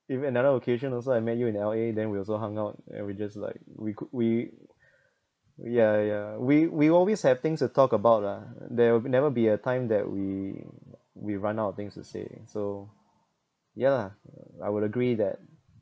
even another occasion also I met you in L_A then we also hung out then we just like we could we ya ya we we always have things to talk about lah there will never be a time that we we run out of things to say so yeah I would agree that